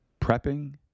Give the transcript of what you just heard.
prepping